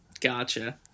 Gotcha